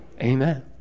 Amen